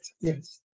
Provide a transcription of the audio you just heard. yes